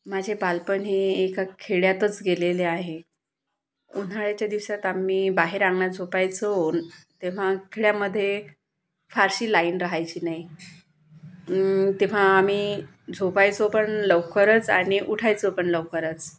माझे बालपण हे एका खेड्यातच गेलेले आहे उन्हाळ्याच्या दिवसात आम्ही बाहेर अंगणात झोपायचो तेव्हा खेड्यामधे फारशी लाईन रहायची नाही तेव्हा आम्ही झोपायचो पण लवकरच आणि उठायचो पण लवकरच